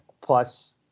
Plus